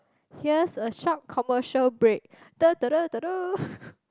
here's a short commercial break